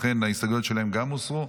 לכן גם ההסתייגויות שלהם הוסרו.